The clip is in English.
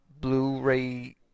Blu-ray